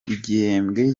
igihembwe